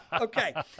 Okay